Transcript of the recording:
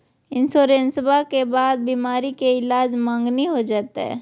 इंसोरेंसबा के बाद बीमारी के ईलाज मांगनी हो जयते?